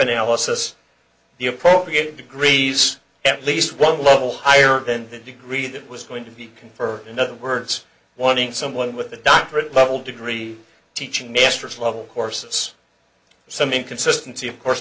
analysis the appropriate degrees at least one level higher than the degree that was going to be conferred in other words wanting someone with a doctorate level degree teaching master's level courses some inconsistency of course